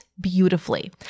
beautifully